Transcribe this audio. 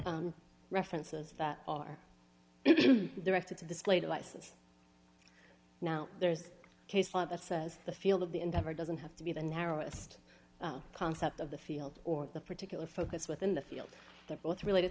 o references that are directed to this later license now there's case law that says the field of the endeavor doesn't have to be the narrowest concept of the field or the particular focus within the field they're both related